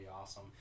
awesome